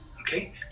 okay